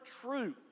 true